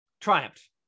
Triumphed